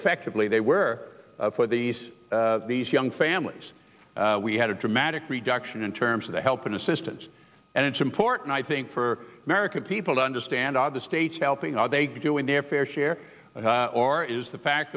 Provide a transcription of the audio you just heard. effectively they were for these these young families we had a dramatic reduction in terms of the help and assistance and it's important i think for american people to understand other states helping are they doing their fair share or is the fact